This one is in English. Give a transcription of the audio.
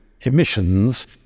emissions